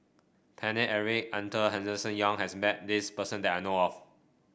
Paine Eric Arthur Henderson Young has met this person that I know of